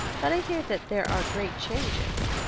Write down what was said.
but i hear that there are great changes.